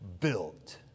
built